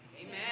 Amen